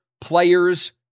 players